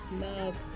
love